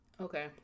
Okay